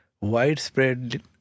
widespread